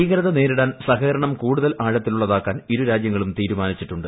ഭീകരത നേരിടാൻ സഹകരണം കൂടുതൽ ആഴത്തിലുള്ളതാക്കാൻ ഇരു രാജ്യങ്ങളും തീരുമാനിച്ചിട്ടുണ്ട്